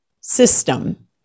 system